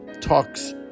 talks